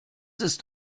ist